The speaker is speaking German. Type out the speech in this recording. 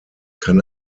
kann